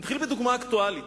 אני אתחיל בדוגמה אקטואלית.